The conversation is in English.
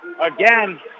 Again